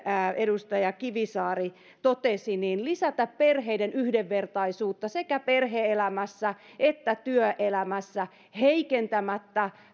edustaja kivisaari totesi lisätä perheiden yhdenvertaisuutta sekä perhe elämässä että työelämässä heikentämättä